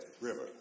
River